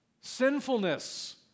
sinfulness